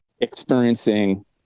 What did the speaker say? experiencing